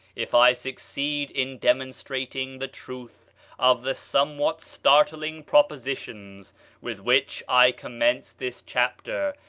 if i succeed in demonstrating the truth of the somewhat startling propositions with which i commenced this chapter,